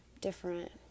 different